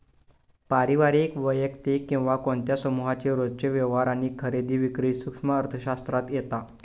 पारिवारिक, वैयक्तिक किंवा कोणत्या समुहाचे रोजचे व्यवहार आणि खरेदी विक्री सूक्ष्म अर्थशास्त्रात येता